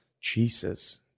Jesus